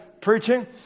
preaching